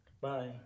Bye